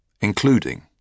including